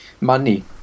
Money